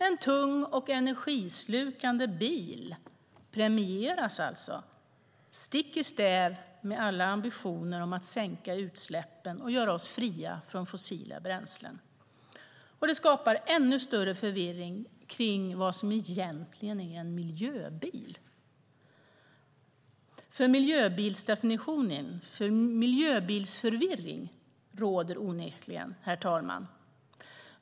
En tung och energislukande bil premieras alltså, stick i stäv mot alla ambitioner om att sänka utsläppen och göra oss fria från fossila bränslen. Och det skapar ännu större förvirring kring vad som egentligen är en "miljöbil". Miljöbilsförvirring råder onekligen, herr talman.